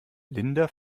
linda